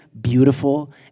beautiful